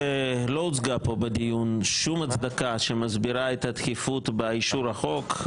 לא הוצגה פה בדיון שום הצדקה שמסבירה את הדחיפות באישור החוק,